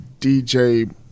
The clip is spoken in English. DJ